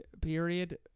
period